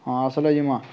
ହଁ ଆସଲେ ଯିମା